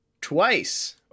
twice